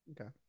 Okay